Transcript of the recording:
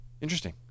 interesting